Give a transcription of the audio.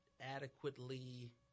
adequately